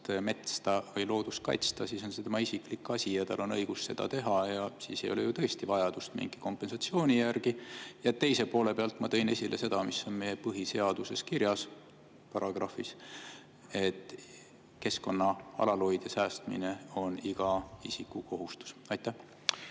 metsa või loodust kaitsta, siis on see tema isiklik asi ja tal on õigus seda teha ja siis ei ole ju tõesti vajadust mingi kompensatsiooni järele. Teise poole pealt ma tõin esile seda, mis on meie põhiseaduse paragrahvis kirjas, et keskkonna alalhoid ja säästmine on iga isiku kohustus. Aitäh!